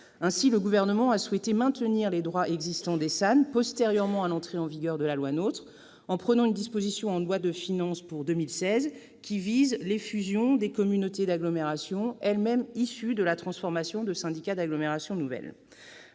Ainsi, le Gouvernement a souhaité maintenir les droits existants des SAN, postérieurement à l'entrée en vigueur de la loi NOTRe, en prenant une disposition en loi de finances pour 2016 qui vise les fusions des communautés d'agglomération elles-mêmes issues de la transformation de syndicats d'agglomération nouvelle.